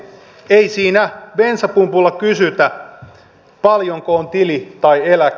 ei siinä bensapumpulla kysytä paljonko on tili tai eläke